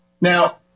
Now